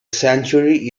sanctuary